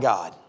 God